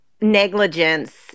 negligence